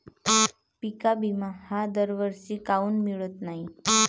पिका विमा हा दरवर्षी काऊन मिळत न्हाई?